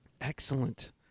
Excellent